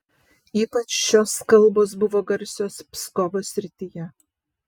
ypač šios kalbos buvo garsios pskovo srityje